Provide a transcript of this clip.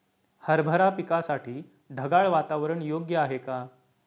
हरभरा पिकासाठी ढगाळ वातावरण योग्य आहे का?